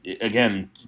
again